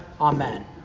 Amen